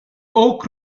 oak